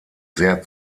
sehr